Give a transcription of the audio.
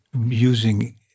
using